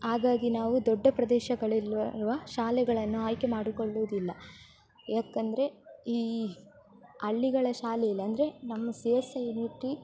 ಹಾಗಾಗಿ ನಾವು ದೊಡ್ಡ ಪ್ರದೇಶಗಳಲ್ಲಿರುವ ಶಾಲೆಗಳನ್ನು ಆಯ್ಕೆ ಮಾಡಿಕೊಳ್ಳೋದಿಲ್ಲ ಏಕೆಂದ್ರೆ ಈ ಹಳ್ಳಿಗಳ ಶಾಲೆಯಲ್ಲಿ ಅಂದರೆ ನಮ್ಮ ಸಿ ಎಸ್ ಐ ಯುನಿಟಿ